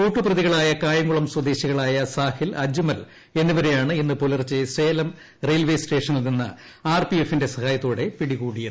കൂട്ടുപ്രതികളായ കായംകുളം സ്വദേശികളായ സാഹിൽ അജ്മൽ എന്നിവരെയാണ് ഇന്ന് പുലർച്ചെ സേലം റെയിൽ വേ സ്റ്റേഷനിൽ നിന്ന് ആർപിഎഫിന്റെ സഹായത്തോടെ പിടികൂടിയത്